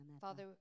Father